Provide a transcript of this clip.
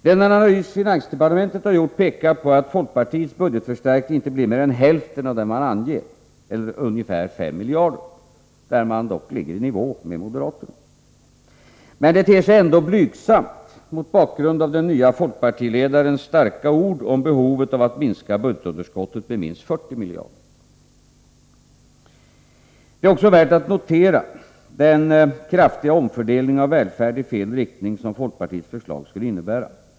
Den analys finansdepartementet har gjort pekar på att folkpartiets budgetförstärkning inte blir mer än hälften av den man anger eller ungefär 5 miljarder. Där ligger man dock i nivå med moderaterna. Det ter sig ändå blygsamt mot bakgrund av den nya folkpartiledarens starka ord om behovet av att minska budgetunderskottet med minst 40 miljarder. Det är också värt att notera den kraftiga omfördelning i fel riktning av välfärd som folkpartiets förslag skulle innebära.